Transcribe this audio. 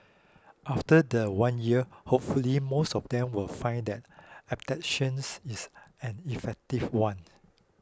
after the one year hopefully most of them will find that adaptations is an effective one